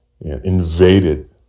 invaded